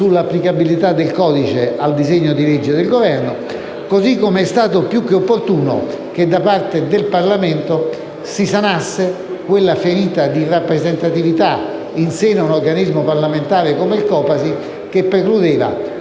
sull'applicabilità del codice al disegno di legge del Governo. In secondo luogo, è stato più che opportuno che da parte del Parlamento si sanasse quella ferita di rappresentatività in seno a un organismo parlamentare come il Copasir, che precludeva